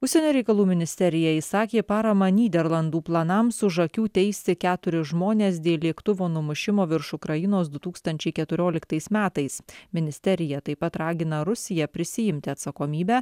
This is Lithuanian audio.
užsienio reikalų ministerija išsakė paramą nyderlandų planams už akių teisti keturis žmones dėl lėktuvo numušimo virš ukrainos du tūkstančiai keturioliktais metais ministerija taip pat ragina rusiją prisiimti atsakomybę